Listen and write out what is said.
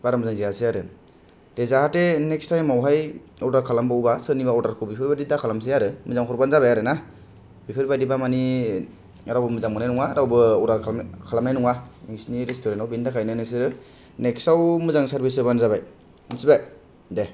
बारा मोजां जायासै आरो दे जाहाथे नेक्स टाइमावहाय अर्डार खालामबावोबा सोरनिबा अर्डारखौ बिफोरबादि दा खालामसै आरो मोजाङै हरबानो जाबाय आरोना बेफोरबादिबा मानि रावबो मोजां मोन्नाय नङा रावबो अर्डार खालाम खालामनाय नङा नोंसिनि रेस्टुरेनआव बेनि थखायनो नोंसोरो नेक्सयाव मोजां सारभिस होबानो जाबाय मिथिबाय दे